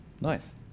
Nice